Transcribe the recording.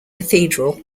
cathedral